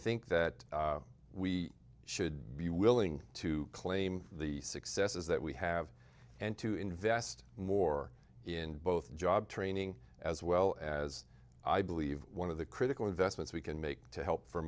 think that we should be willing to claim the successes that we have and to invest more in both job training as well as i believe one of the critical investments we can make to help for